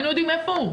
היינו יודעים איפה הוא.